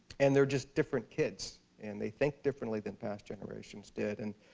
and they're just different kids. and they think differently than past generations did. and